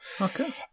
Okay